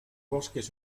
bosques